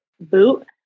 boot